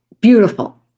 Beautiful